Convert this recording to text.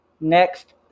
Next